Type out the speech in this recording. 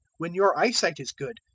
when your eyesight is good,